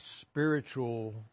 spiritual